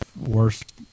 worst